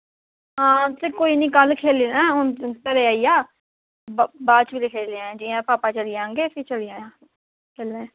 हां ते कोई नी कल खेलआं हून घरै आई जा बा बाद च बैल्ले खेलआं जियां पापा चली जानगे फिर चली जायां